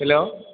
hello